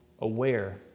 aware